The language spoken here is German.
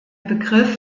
begriff